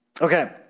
Okay